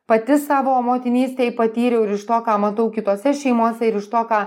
pati savo motinystėj patyriau ir iš to ką matau kitose šeimose ir iš to ką